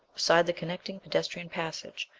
beside the connecting pedestrian passage,